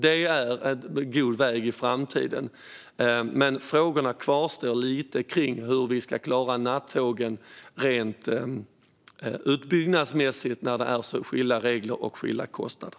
Det är en god väg i framtiden. Frågorna kvarstår dock kring hur vi ska klara nattågen rent utbyggnadsmässigt när det är så skilda regler och skilda kostnader.